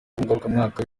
ngarukamwaka